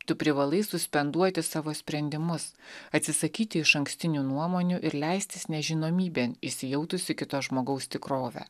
tu privalai suspenduoti savo sprendimus atsisakyti išankstinių nuomonių ir leistis nežinomybėn įsijautus į kito žmogaus tikrovę